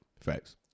Facts